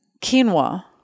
quinoa